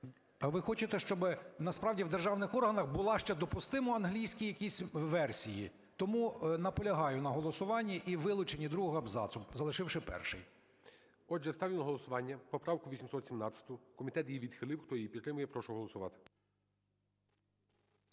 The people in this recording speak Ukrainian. Ви хочете, щоб насправді в державних органах були ще допустимо англійські якісь версії. Тому наполягаю на голосуванні і вилученні другого абзацу, залишивши перший. ГОЛОВУЮЧИЙ. Отже, ставлю на голосування поправку 817. Комітет її відхилив, хто її підтримує прошу голосувати.